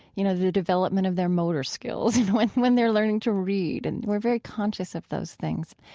you know, the development of their motor skills, and when when they're learning to read, and we're very conscious of those things.